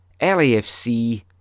LAFC